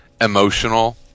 emotional